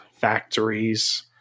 factories